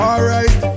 Alright